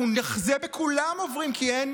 אנחנו נחזה בכולם עוברים, כי אין